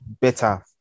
better